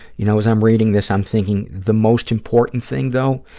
you know, as i'm reading this, i'm thinking the most important thing, though,